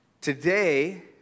Today